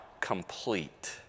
complete